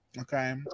Okay